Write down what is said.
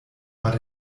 war